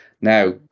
Now